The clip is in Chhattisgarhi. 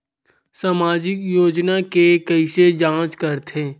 सामाजिक योजना के कइसे जांच करथे?